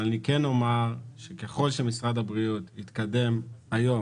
אבל ככל שמשרד הבריאות יתקדם היום,